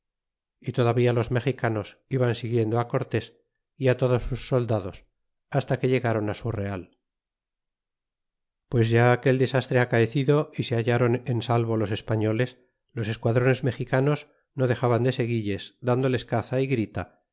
y todavía los mexicanos iban siguiendo á cortes y á todos sus soldados hasta que ilegáron á su real pues ya aquel desastre acaecido y se hallaron en salvo los españoles los esquadrones mexicanos no dexaban de seguilles dándoles caza y grita